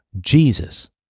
Jesus